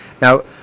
Now